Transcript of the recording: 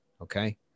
Okay